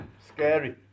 scary